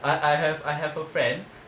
I I have I have a friend